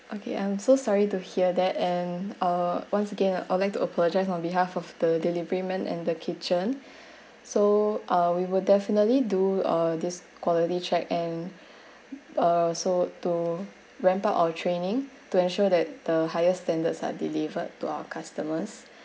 okay I'm so sorry to hear that and uh once again I'd like to apologize on behalf of the deliverymen and the kitchen so uh we will definitely do uh this quality check and also to ramp up our training to ensure that the highest standards are delivered to our customers